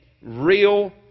real